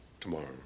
Tomorrow